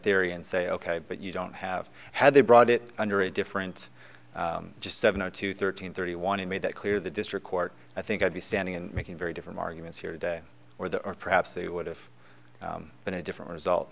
eon say ok but you don't have had they brought it under a different just seven o two thirteen thirty one and made that clear the district court i think i'd be standing and making very different arguments here today or the or perhaps they would have been a different result